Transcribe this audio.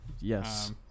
yes